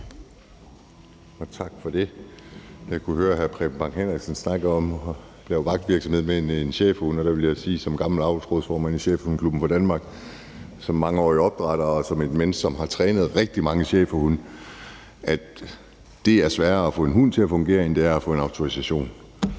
det, formand. Jeg kunne høre, at hr. Preben Bang Henriksen snakkede om at lave vagtvirksomhed med en schæferhund, og der vil jeg som gammel avlsrådsformand i Schæferhundeklubben for Danmark, som mangeårig opdrætter og som et menneske, som har trænet rigtig mange schæferhunde, sige, at det er sværere at få en hund til at fungere end det er at få en autorisation.